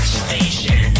station